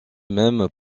même